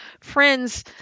friends